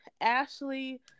Ashley